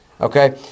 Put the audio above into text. Okay